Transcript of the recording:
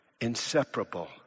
inseparable